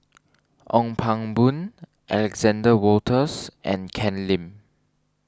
Ong Pang Boon Alexander Wolters and Ken Lim